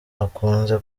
akunze